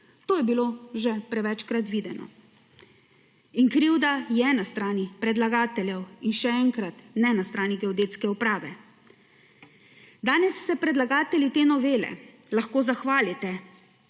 To je bilo že prevečkrat videno in krivda je na strani predlagateljev, in še enkrat, ne na strani geodetske uprave. Danes se predlagatelji te novele lahko zahvalite